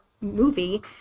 movie